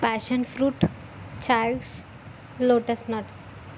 passion fruit cloves lotus nuts